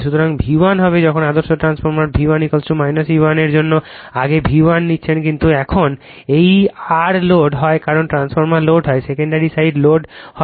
সুতরাং V1 হবে যখন আদর্শ ট্রান্সফরমার V1 E1 এর জন্য আগে V1 নিচ্ছেন কিন্তু এখন এই R লোড হয় কারণ ট্রান্সফরমার লোড হয় সেকেন্ডারি সাইড লোড হয়